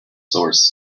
source